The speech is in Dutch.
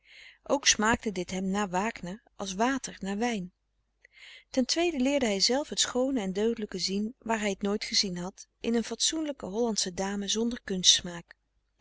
ook smaakte dit hem na wagner als water na wijn ten tweede leerde hij zelf het schoone en deugdelijke zien waar hij t nooit gezien had in een fatsoenlijke hollandsche dame zonder